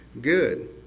good